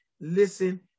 listen